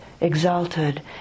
exalted